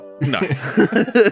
No